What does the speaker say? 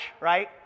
right